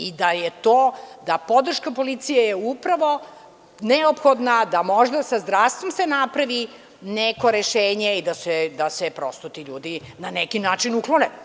I da je to, ta podrška policije je upravo neophodna da možda sa zdravstvom se napravi neko rešenje i da se prosto ti ljudi na neki način uklone.